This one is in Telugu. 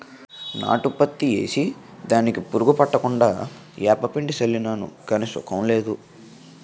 నాటు పత్తి ఏసి దానికి పురుగు పట్టకుండా ఏపపిండి సళ్ళినాను గాని సుకం లేదు